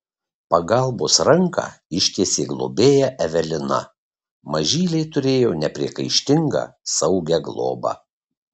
pagalbos ranką ištiesė globėja evelina mažyliai turėjo nepriekaištingą saugią globą